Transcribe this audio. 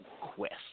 Quest